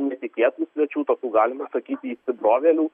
netikėtų svečių tokių galima sakyti įsibrovėlių